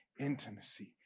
intimacy